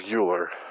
Euler